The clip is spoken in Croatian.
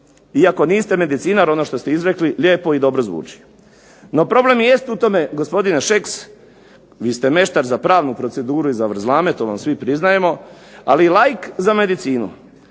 Iako niste medicinar, ono što ste izrekli lijepo i dobro zvuči. No problem i jest u tome gospdine Šeks, vi ste meštar za pravnu proceduru i zavrzlame, to vam svi priznajemo, ali i laik za medicinu,